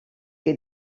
que